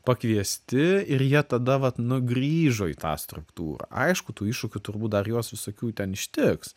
pakviesti ir jie tada vat nu grįžo į tą struktūrą aišku tų iššūkių turbūt dar juos visokių ten ištiks